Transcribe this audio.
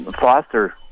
Foster